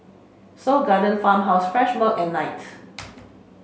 Seoul Garden Farmhouse Fresh Milk and Knight